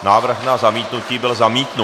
Návrh na zamítnutí byl zamítnut.